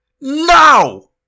Now